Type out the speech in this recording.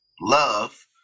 love